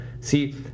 See